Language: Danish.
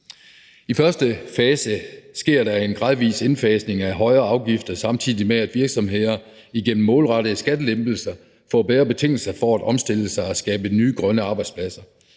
første fase sker der en gradvis indfasning af højere afgifter, samtidig med at virksomheder igennem målrettede skattelettelser får bedre betingelser for at omstille sig og skabe nye grønne arbejdspladser.